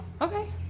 Okay